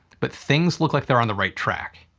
but things look like they're on the right track.